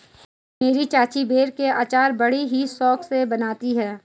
मेरी चाची बेर के अचार बड़ी ही शौक से बनाती है